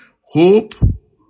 hope